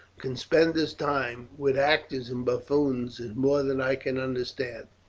can spend his time with actors and buffoons, is more than i can understand.